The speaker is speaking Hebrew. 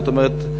זאת אומרת,